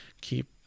keep